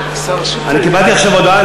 אני קיבלתי עכשיו הודעה,